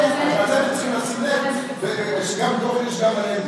בגלל זה אתם צריכים לשים לב שדוח הירש גם על,